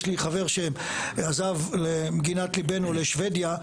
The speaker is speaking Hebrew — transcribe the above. יש לי חבר שעזב למגינת ליבנו לשבדיה,